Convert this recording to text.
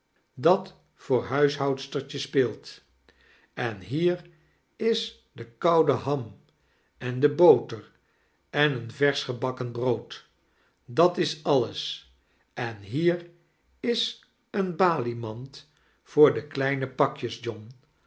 dat voor huishoudsteirtje speelt en hiea-is de koudeham ende bofcer en een versch gebakken brood dat is alles en hier is een baliemand voor de kledne pakjes john